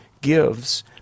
gives